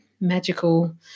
magical